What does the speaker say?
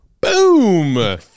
Boom